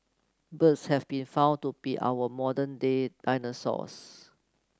birds have been found to be our modern day dinosaurs